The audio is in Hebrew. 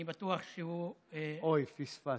אני בטוח שהוא, אוי, פספסתי.